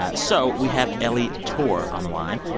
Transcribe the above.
ah so we have ellie tore on the line.